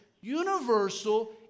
universal